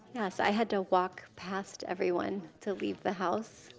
yes, i had to walk past everyone to leave the house.